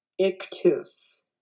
ictus